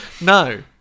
No